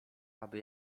aby